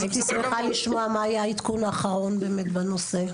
הייתי שמחה לשמוע מה היה העדכון האחרון באמת בנושא,